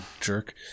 jerk